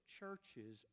churches